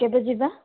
କେବେ ଯିବା